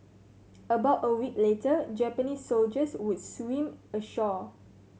about a week later Japanese soldiers would swim ashore